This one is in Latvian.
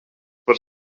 par